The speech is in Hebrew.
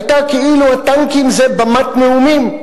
היתה כאילו הטנקים זה במת נאומים,